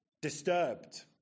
Disturbed